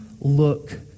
look